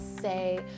say